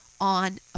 on